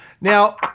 now